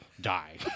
die